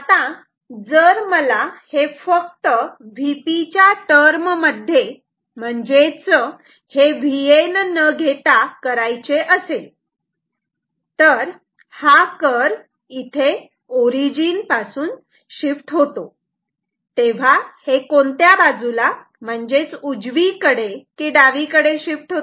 आता जर मला हे फक्त Vp च्या टर्म मध्ये म्हणजेच हे Vn न घेता करायचे असेल तर हा कर्व इथे ओरिजिन शिफ्ट करतो तेव्हा हे कोणत्या बाजूला म्हणजेच उजवीकडे की डावीकडे शिफ्ट होते